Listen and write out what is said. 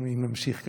אם נמשיך ככה.